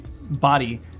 body